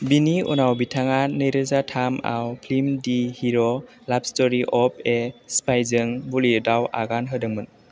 बिनि उनाव बिथाङा नैरोजा थामआव film the hero love story of a spy जों बलिउडआव आगान होदोंमोन